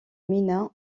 mina